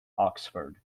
oxford